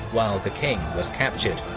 while the king was captured.